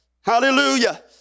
Hallelujah